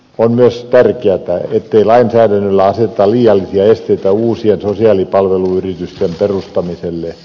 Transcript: on myös tärkeätä ettei lainsäädännöllä aseteta liiallisia esteitä uusien sosiaalipalveluyritysten perustamiselle